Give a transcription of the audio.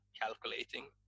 calculating